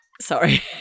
Sorry